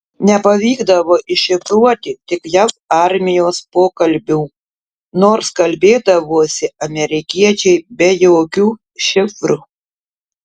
nepavykdavo iššifruoti tik jav armijos pokalbių nors kalbėdavosi amerikiečiai be jokių šifrų